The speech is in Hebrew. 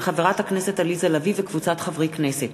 של חברת הכנסת עליזה לביא וקבוצת חברי הכנסת,